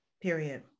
Period